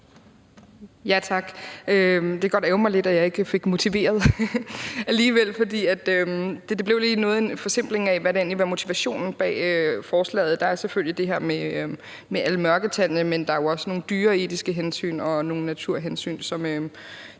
Tak. Det kan godt ærgre mig lidt, at jeg ikke fik motiveret forslaget alligevel, for det blev lige noget af en forsimpling af, hvad der egentlig var motivationen bag forslaget. Der er selvfølgelig det her med alle mørketallene, men der er jo også nogle dyreetiske hensyn og nogle naturhensyn, som